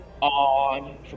on